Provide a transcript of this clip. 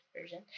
version